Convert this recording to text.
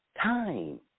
time